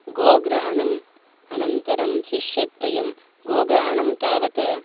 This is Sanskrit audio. गोग्रहणम् अनन्तरं शिष्यत्रयं गोग्रहणं तावत्